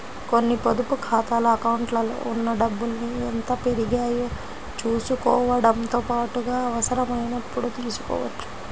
కొన్ని పొదుపు ఖాతాల అకౌంట్లలో ఉన్న డబ్బుల్ని ఎంత పెరిగాయో చూసుకోవడంతో పాటుగా అవసరమైనప్పుడు తీసుకోవచ్చు